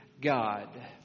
God